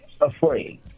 afraid